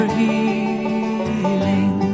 healing